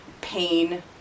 pain